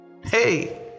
hey